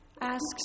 asks